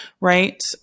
right